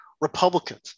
Republicans